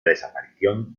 desaparición